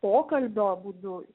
pokalbio būdu